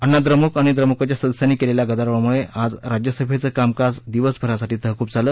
अण्णा द्रमुक आणि द्रमुकच्या सदस्यांनी केलेल्या गदारोळामुळे आज राज्यसभेचं कामकाज दिवसारासाठी तहकूब झालं